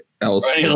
else